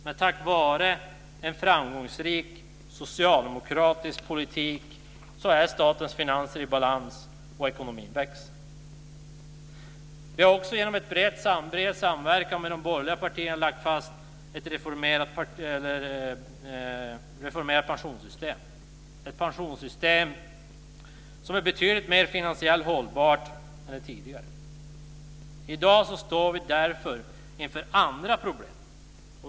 Men tack vare en framgångsrik socialdemokratisk politik är statens finanser i balans och ekonomin växer. Vi har också genom en bred samverkan med de borgerliga partierna lagt fast ett reformerat pensionssystem, ett pensionssystem som är betydligt mer finansiellt hållbart än det tidigare. I dag står vi därför inför andra problem.